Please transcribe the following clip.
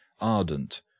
ardent